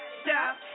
stop